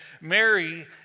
Mary